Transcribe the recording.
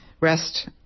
rest